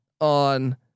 on